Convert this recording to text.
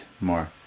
more